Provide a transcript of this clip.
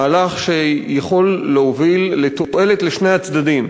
מהלך שיכול להוביל תועלת לשני הצדדים,